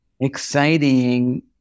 exciting